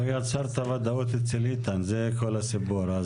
לא יצרת ודאות אצל איתן, זה כל הסיפור.